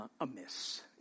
amiss